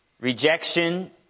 rejection